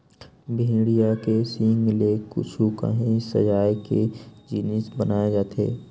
भेड़िया के सींग ले कुछु काही सजाए के जिनिस बनाए जाथे